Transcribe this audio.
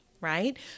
right